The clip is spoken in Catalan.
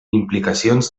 implicacions